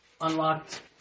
unlocked